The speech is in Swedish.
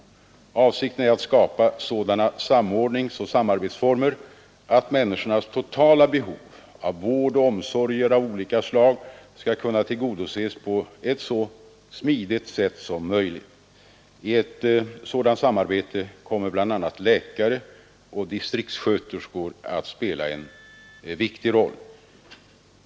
Avsikten är att skapa sådana samordningsoch samarbetsformer att människornas totala behov av vård och omsorger av olika slag skall kunna tillgodoses på ett så smidigt sätt som möjligt. I ett sådant samarbete kommer bl.a. läkare och distriktssköterskor att spela en viktig roll.